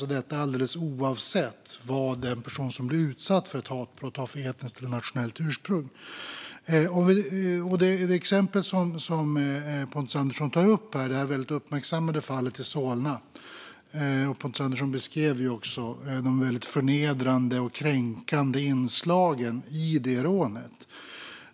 Detta gäller alldeles oavsett vilket etniskt eller nationellt ursprung den som blir utsatt för ett hatbrott har. Pontus Andersson tog upp det väldigt uppmärksammade fallet i Solna och beskrev de väldigt förnedrande och kränkande inslagen i detta rån.